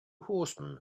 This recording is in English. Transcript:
horsemen